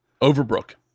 Overbrook